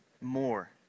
more